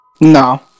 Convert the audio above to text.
No